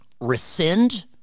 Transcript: rescind